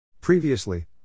Previously